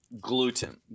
gluten